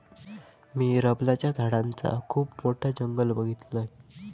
मी रबराच्या झाडांचा खुप मोठा जंगल बघीतलय